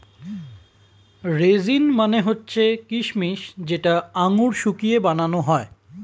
raisin মানে হচ্ছে কিচমিচ যেটা আঙুর শুকিয়ে বানানো হয়